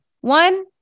One